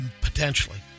potentially